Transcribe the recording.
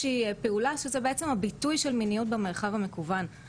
אם אנחנו מדברים על החברה החילונית היהודית,